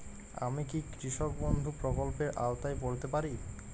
আমি কি কৃষক বন্ধু প্রকল্পের আওতায় পড়তে পারি?